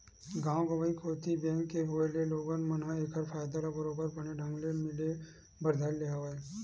गाँव गंवई कोती बेंक के होय ले लोगन मन ल ऐखर फायदा ह बरोबर बने ढंग ले मिले बर धर ले हवय